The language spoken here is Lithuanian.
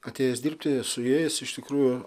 atėjus dirbti su jais iš tikrųjų